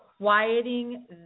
quieting